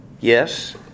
yes